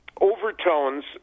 overtones